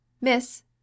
miss